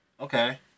Okay